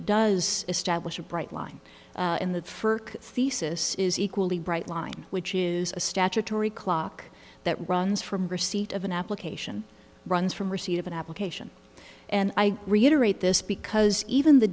does establish a bright line in the thesis is equally bright line which is a statutory clock that runs from receipt of an application runs from receipt of an application and i reiterate this because even the